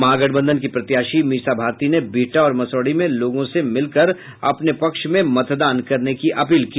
महागठबंधन की प्रत्याशी मीसा भारती ने बिहटा और मसौढ़ी में लोगों से मिलकर अपने पक्ष में मतदान करने की अपील की